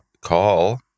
call